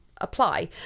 apply